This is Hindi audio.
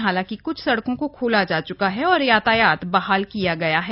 हालांकि क्छ सड़कों को खोला जा च्का है और यातायात बहाल किया गाय है